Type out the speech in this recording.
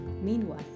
Meanwhile